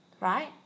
right